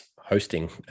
hosting